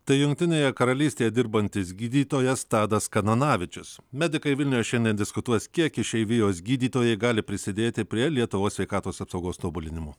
tai jungtinėje karalystėje dirbantis gydytojas tadas kananavičius medikai vilniuje šiandien diskutuos kiek išeivijos gydytojai gali prisidėti prie lietuvos sveikatos apsaugos tobulinimo